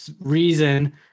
reason